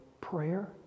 prayer